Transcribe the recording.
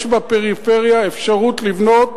יש בפריפריה אפשרות לבנות